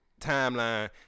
timeline